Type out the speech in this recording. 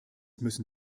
müssen